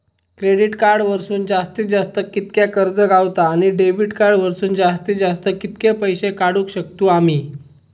Credit card वरसून जास्तीत जास्त कितक्या कर्ज गावता, आणि डेबिट कार्ड वरसून जास्तीत जास्त कितके पैसे काढुक शकतू आम्ही?